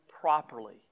properly